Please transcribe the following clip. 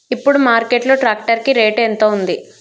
ఇప్పుడు మార్కెట్ లో ట్రాక్టర్ కి రేటు ఎంత ఉంది?